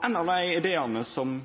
Ein av dei ideane som